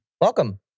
Welcome